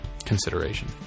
consideration